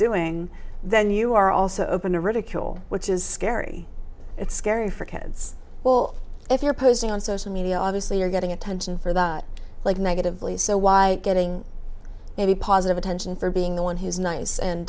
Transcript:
doing then you are also open to ridicule which is scary it's scary for kids well if you're posting on social media obviously you're getting attention for that like negatively so why getting any positive attention for being the one who's nice and